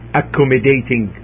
accommodating